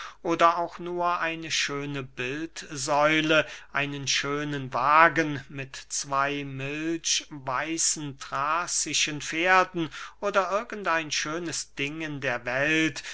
oder auch nur eine schöne bildsäule einen schönen wagen mit zwey milchweißen thrazischen pferden oder irgend ein schönes ding in der welt